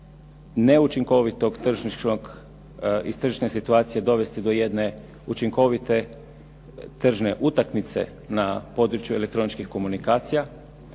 neučinkovitog tržišnog, iz tržišne situacije dovesti do jedne učinkovite tržne utakmice na području elektroničkih komunikacija.